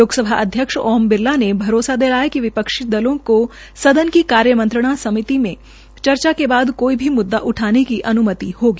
लोकसभा अध्यक्ष ओम बिरला ने भरोसा दिलाया कि विपक्षी दलों को सदन की कार्य मंत्रणा समिति में चर्चा के बाद कोई भी मुद्दा उठाने की अनुमति होगी